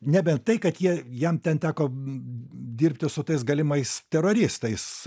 nebent tai kad jie jam ten teko dirbti su tais galimais teroristais